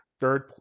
Third